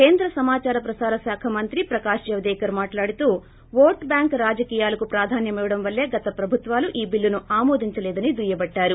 కేంద్ర సమాచార ప్రసార శాఖ మంత్రి ప్రకాష్ జవదేకర్ మాట్లాడుతూ ఓట్ బ్యాంక్ రాజీయాలకు ప్రాధాన్యమివ్వడం వల్లే గత ప్రభుత్వాలు ఈ చిల్లును ఆమోదంచలేదని దుయ్యబట్టారు